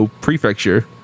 prefecture